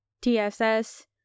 TSS